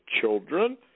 children